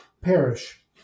perish